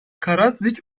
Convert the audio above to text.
karadziç